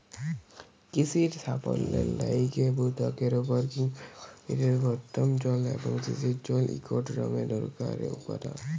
কিসির সাফল্যের লাইগে ভূত্বকের উপরে কিংবা গভীরের ভওম জল এবং সেঁচের জল ইকট দমে দরকারি উপাদাল